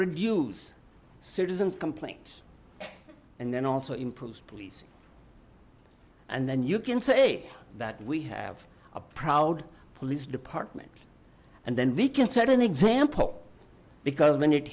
reduce citizens complaints and then also improves policing and then you can say that we have a proud police department and then we can set an example because when it